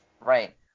Right